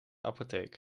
apotheek